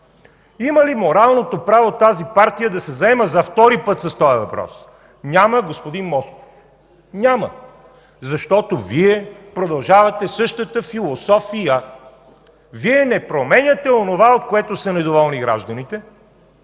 партия моралното право да се заема за втори път с този въпрос?! Няма, господин Москов! Няма, защото Вие продължавате същата философия. Вие не променяте онова, от което са недоволни гражданите.